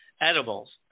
edibles